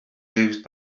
used